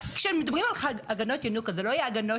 כשמדברים על הגנות ינוקא זה לא היה הנקות